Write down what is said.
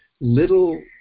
little